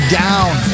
down